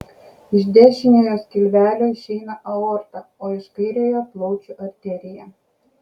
iš dešiniojo skilvelio išeina aorta o iš kairiojo plaučių arterija